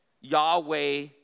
Yahweh